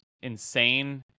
insane